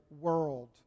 world